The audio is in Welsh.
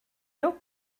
nhw